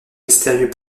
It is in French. mystérieux